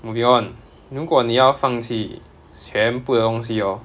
moving on 如果你要放弃全部的东西 hor